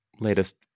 latest